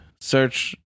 search